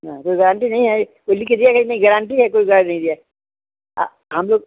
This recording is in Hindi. हाँ कोई गारंटी नहीं है वह लिख के दिया कि नहीं गारंटी है कोई कार्ड नहीं दिया है हम लोग